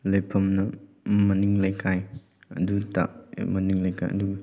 ꯂꯩꯐꯝꯅ ꯃꯅꯤꯡ ꯂꯩꯀꯥꯏ ꯑꯗꯨꯗ ꯍꯦꯛ ꯃꯅꯤꯡ ꯂꯩꯀꯥꯏ ꯑꯗꯨꯒ